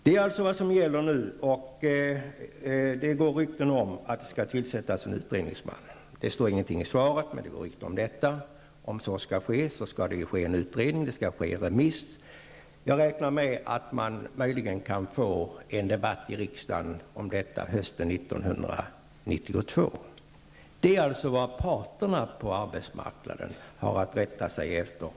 Det är alltså vad som gäller nu, och det går rykten om att det skall tillsättas en utredningsman, men det står ingenting om detta i svaret. Om så skall ske skall det ju också göras en utredning, och förslaget skall gå ut på remiss. Jag räknar med att man kan få en debatt om detta i riksdagen tidigast hösten 1992. Det är alltså vad parterna på arbetsmarknaden har att rätta sig efter.